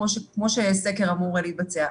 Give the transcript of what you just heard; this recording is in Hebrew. כמו שסקר אמור להתבצע,